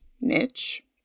niche